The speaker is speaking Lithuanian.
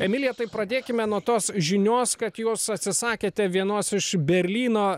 emilija tai pradėkime nuo tos žinios kad jūs atsisakėte vienos iš berlyno